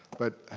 but